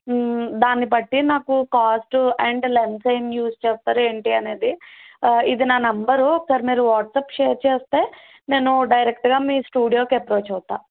దాన్నిబట్టి నాకు cost and lens ఏమి యూజ్ చేస్తారు ఏంటి అనేది ఇది నా నెంబర్ ఒకసారి మీరు వాట్సప్ షేర్ చేస్తే నేను డైరెక్ట్గా మీ స్టూడియోకి అప్రోచ్ అవుతాను